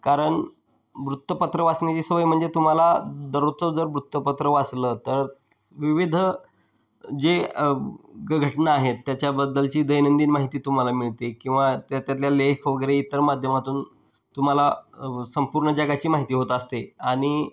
कारण वृत्तपत्र वाचण्याची सवय म्हणजे तुम्हाला दररोजचं जर वृत्तपत्र वाचलं तर विविध जे ग घटना आहेत त्याच्याबद्दलची दैनंदिन माहिती तुम्हाला मिळते किंवा त्या त्यातल्या लेख वगैरे इतर माध्यमातून तुम्हाला व संपूर्ण जगाची माहिती होत असते आणि